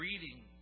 reading